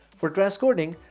for transcoding,